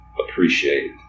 appreciate